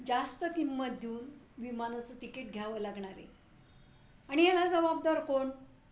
जास्त किंमत देऊन विमानाचं तिकीट घ्यावं लागणार आहे आणि याला जबाबदार कोण